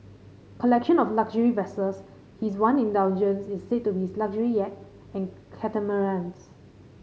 collection of luxury vessels His one indulgence is said to be his luxury yacht and catamarans